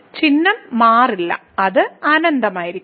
ചിഹ്നം മാറില്ല അത് അനന്തമായിരിക്കും